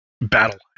battle